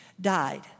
died